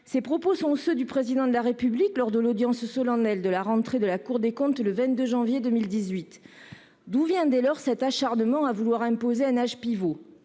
ces propos sont ceux du Président de la République lors de l'audience solennelle de la rentrée de la Cour des comptes le 22 janvier 2018. D'où vient, dès lors, cet acharnement à vouloir imposer un âge pivot ?